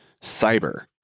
cyber